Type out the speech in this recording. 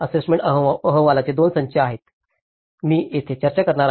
assessment अहवालाचे दोन संच आहेत मी येथे चर्चा करणार आहे